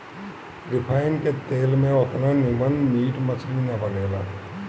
refine के तेल में ओतना निमन मीट मछरी ना बनेला